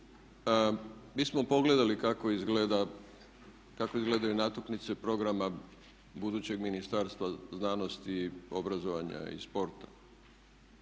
kako izgleda, kako izgledaju natuknice programa budućeg Ministarstva znanosti, obrazovanja i sporta.